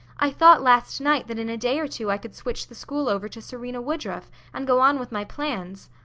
i thought last night that in a day or two i could switch the school over to serena woodruff, and go on with my plans,